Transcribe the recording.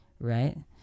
right